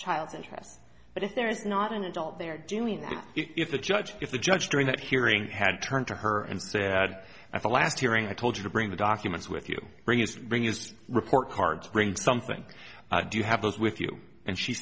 interests but if there is not an adult there doing that if the judge if the judge during that hearing had turned to her and said at the last hearing i told you to bring the documents with you bring us bring his report card bring something do you have those with you and she